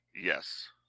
Yes